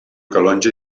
calonge